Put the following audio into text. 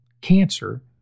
Cancer